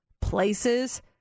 places